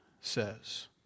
says